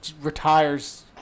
retires –